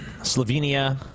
Slovenia